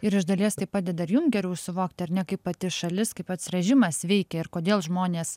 ir iš dalies tai padeda ir jum geriau suvokti ar ne kaip pati šalis kaip pats režimas veikia ir kodėl žmonės